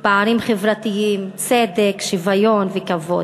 "פערים חברתיים", "צדק", "שוויון" ו"כבוד"?